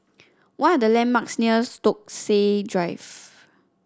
what are the landmarks near Stokesay Drive